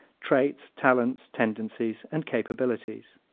traits, talents, tendencies and capabilities.